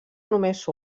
només